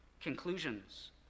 conclusions